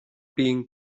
being